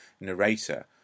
narrator